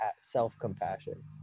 self-compassion